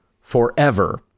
forever